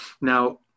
now